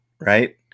right